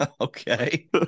okay